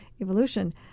evolution